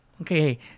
Okay